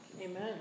Amen